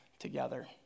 Together